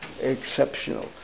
exceptional